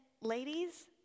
ladies